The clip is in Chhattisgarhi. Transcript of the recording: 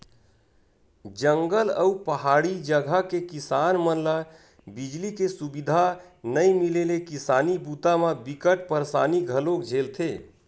जंगल अउ पहाड़ी जघा के किसान मन ल बिजली के सुबिधा नइ मिले ले किसानी बूता म बिकट परसानी घलोक झेलथे